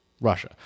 Russia